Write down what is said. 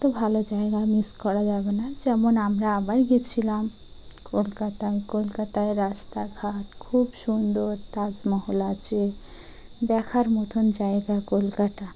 তো ভালো জায়গা মিস করা যাবে না যেমন আমরা আগ্রায় গিয়েছিলাম কলকাতায় কলকাতায় রাস্তাঘাট খুব সুন্দর তাজমহল আছে দেখার মতন জায়গা কলকাতা